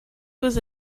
was